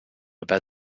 about